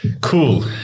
cool